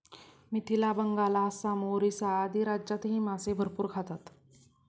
मिथिला, बंगाल, आसाम, ओरिसा आदी राज्यांतही मासे भरपूर खातात